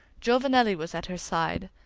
giovanelli was at her side,